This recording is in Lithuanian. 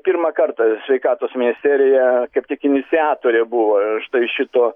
pirmą kartą sveikatos ministerija kaip tik iniciatorė buvo štai šito